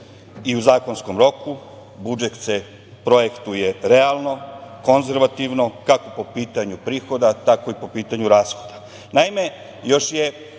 i u zakonskom roku. Budžet se projektuje realno, konzervativno, kako po pitanju prihoda, tako i po pitanju rashoda. Još